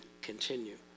continue